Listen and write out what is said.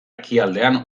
ekialdean